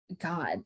god